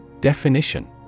Definition